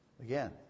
Again